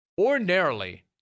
Ordinarily